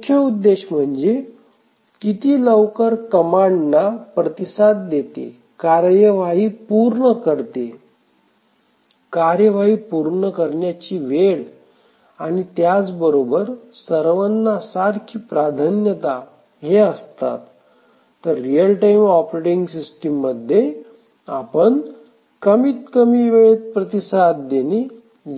मुख्य उद्देश म्हणजे किती लवकर कमांडना प्रतिसाद देते कार्यवाही पूर्ण करते कार्यवाही पूर्ण करण्याची वेळ आणि त्याचबरोबर सर्वांना सारखी प्राधान्यता हे असतात तर रियल टाइम ऑपरेटिंग सिस्टीम मध्ये आपण कमीत कमी वेळेत प्रतिसाद देणे